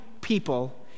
people